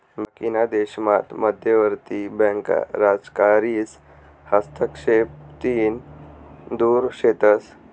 बाकीना देशामात मध्यवर्ती बँका राजकारीस हस्तक्षेपतीन दुर शेतस